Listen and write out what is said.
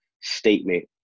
statement